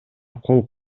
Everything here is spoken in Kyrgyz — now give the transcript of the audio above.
кол